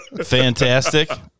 fantastic